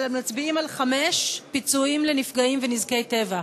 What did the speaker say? אבל מצביעים על 5, פיצויים לנפגעים ונזקי טבע.